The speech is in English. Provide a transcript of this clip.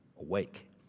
awake